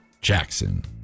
Jackson